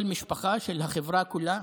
וכל משפחה בחברה כולה.